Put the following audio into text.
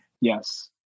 Yes